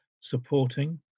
supporting